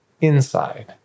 inside